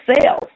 sales